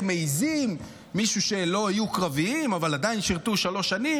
מעיזים אלה שלא היו קרביים אבל עדיין שירתו שלוש שנים,